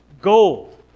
gold